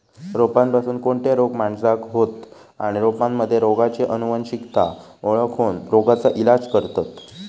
रोपांपासून कोणते रोग माणसाका होतं आणि रोपांमध्ये रोगाची अनुवंशिकता ओळखोन रोगाचा इलाज करतत